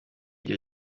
rya